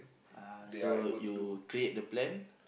uh so you create the plan